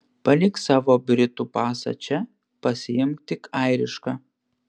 palik savo britų pasą čia pasiimk tik airišką